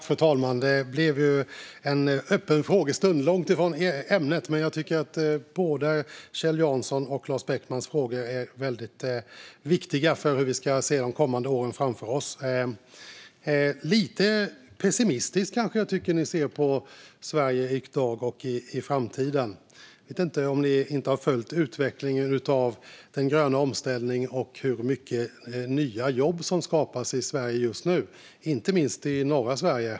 Fru talman! Detta blev en öppen frågestund, och vi kom långt från ämnet. Jag tycker dock att både Kjell Janssons och Lars Beckmans frågor är väldigt viktiga när det gäller hur vi ska se på de kommande åren. Lite pessimistiskt tycker jag kanske att debattörerna ser på Sverige i dag och i framtiden. Jag vet inte om de inte har följt utvecklingen av den gröna omställningen och sett hur mycket nya jobb som skapas i Sverige just nu, inte minst i norra Sverige.